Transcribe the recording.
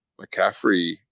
McCaffrey